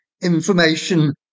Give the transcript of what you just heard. information